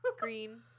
Green